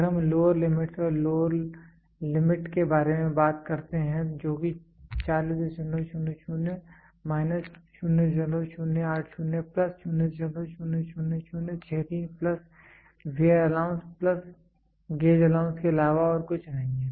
अगर हम lower limits lower limit के बारे में बात करते हैं जो कि 4000 minus 0080 plus 000063 plus wear allowance plus gauge allowance के अलावा और कुछ नहीं है